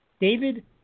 David